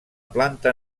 planta